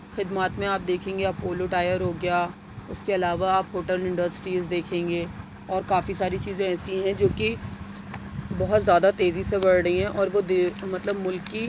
خدمات میں آپ دیکھیں گے اپولو ٹائر ہوگیا اس کے علاوہ آپ ہوٹل انڈسٹریز دیکھیں گے اور کافی ساری چیزیں ایسی ہیں جو کہ بہت زیادہ تیزی سے بڑھ رہی ہیں اور وہ دے مطلب ملک کی